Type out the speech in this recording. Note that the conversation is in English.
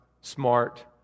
smart